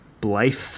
Blythe